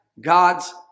God's